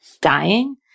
Dying